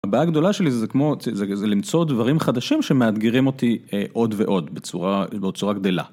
הבעיה הגדולה שלי זה למצוא דברים חדשים שמאתגרים אותי עוד ועוד בצורה גדלה.